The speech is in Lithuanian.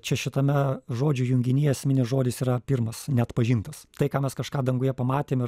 čia šitame žodžių junginyje esminis žodis yra pirmas neatpažintas tai ką mes kažką danguje pamatėm ir